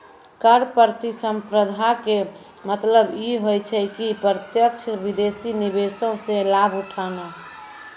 कर प्रतिस्पर्धा के मतलब इ होय छै कि प्रत्यक्ष विदेशी निवेशो से लाभ उठाना